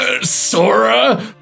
Sora